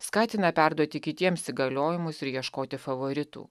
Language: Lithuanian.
skatina perduoti kitiems įgaliojimus ir ieškoti favoritų